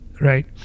right